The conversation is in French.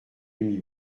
demi